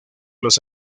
los